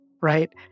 right